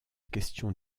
question